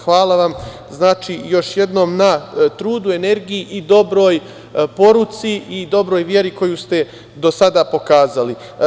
Hvala vam još jednom na trudu i energiji i dobroj poruci i dobroj veri koju ste do sada pokazali.